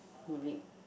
with